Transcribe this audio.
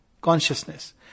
consciousness